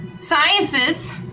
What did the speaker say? sciences